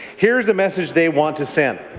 here is the message they want to send.